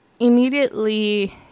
immediately